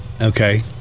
Okay